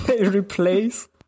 replace